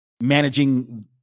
managing